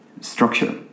structure